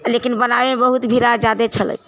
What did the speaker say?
लेकिन बनाबेमे बहुत भिड़ाह जादे छलै